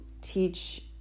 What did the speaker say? teach